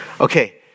Okay